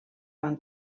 van